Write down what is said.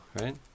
right